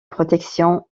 protection